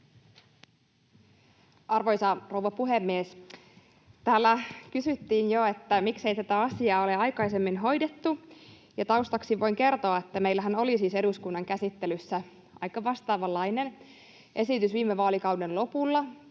Arvoisa rouva puhemies! Täällä kysyttiin jo, miksei tätä asiaa ole aikaisemmin hoidettu. Taustaksi voin kertoa, että meillähän oli siis eduskunnan käsittelyssä aika vastaavanlainen esitys viime vaalikauden lopulla,